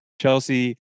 Chelsea